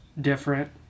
different